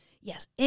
Yes